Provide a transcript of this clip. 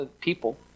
people